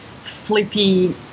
Flippy